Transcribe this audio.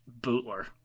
Bootler